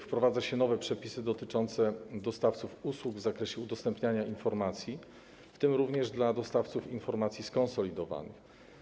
Wprowadza się nowe przepisy dotyczące dostawców usług w zakresie udostępniania informacji, w tym również dla dostawców informacji skonsolidowanych.